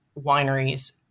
wineries